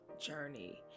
journey